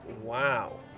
Wow